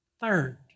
Third